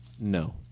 no